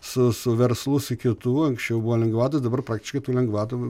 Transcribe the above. su su verslu su kitų anksčiau buvo lengvatos dabar praktiškai tų lengvatų